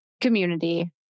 community